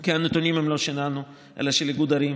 כי הנתונים הם לא שלנו אלא של איגוד ערים,